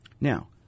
Now